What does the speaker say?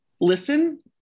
listen